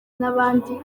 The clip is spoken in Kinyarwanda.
n’abandi